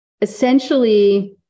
essentially